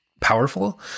powerful